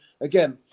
again